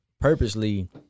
purposely